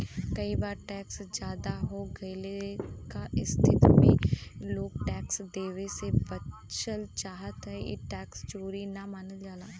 कई बार टैक्स जादा हो गइले क स्थिति में लोग टैक्स देवे से बचल चाहन ई टैक्स चोरी न मानल जाला